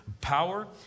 power